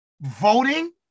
voting